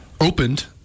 Opened